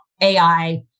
AI